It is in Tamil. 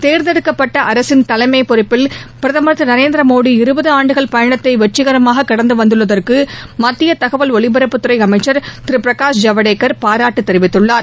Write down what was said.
தேர்ந்தெடுக்கப்பட்ட அரசின் தலைமைப் பொறுப்பில் பிரதமர் திரு நரேந்திரமோடி இருபது ஆண்டுகள் பயணத்தை வெற்றிகரமாக கடந்து வந்துள்ளதற்கு மத்திய தகவல் ஒலிபரப்புத்துறை அமைச்சர் திரு பிரகாஷ் ஜவடேகர் பாராட்டு தெரிவித்துள்ளார்